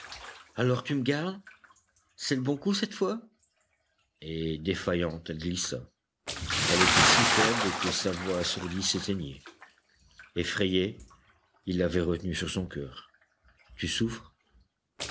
alors tu me gardes c'est le bon coup cette fois et défaillante elle glissa elle était si faible que sa voix assourdie s'éteignait effrayé il l'avait retenue sur son coeur tu souffres